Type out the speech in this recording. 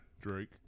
Drake